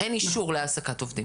אין אישור להעסקת עובדים זרים.